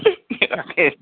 Rakesh